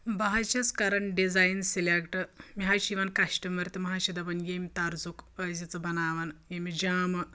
بہٕ حظ چھَس کَرَن ڈِزایِن سِلٮ۪کٹ مےٚ حظ چھِ یِوان کَشٹَمَر تِم حظ چھِ دَپان ییٚمۍ تَرزُک ٲسۍ زِ ژٕ بَناوان ییٚمِس جامہٕ